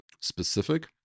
specific